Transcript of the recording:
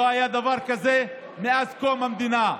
לא היה דבר כזה מאז קום המדינה,